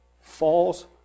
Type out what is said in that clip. falls